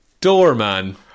Doorman